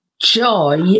joy